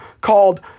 called